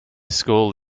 school